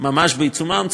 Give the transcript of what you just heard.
ממש בעיצומם.